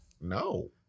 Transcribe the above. no